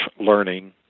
learning